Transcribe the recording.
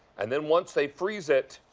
and then once they freeze it,